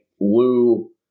Lou